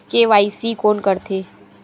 KYC कोन करथे?